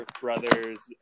Brothers